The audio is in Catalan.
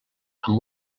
amb